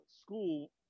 school